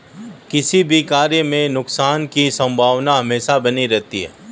किसी भी कार्य में नुकसान की संभावना हमेशा बनी रहती है